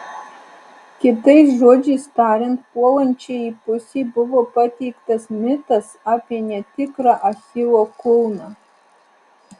kitais žodžiais tariant puolančiajai pusei buvo pateiktas mitas apie netikrą achilo kulną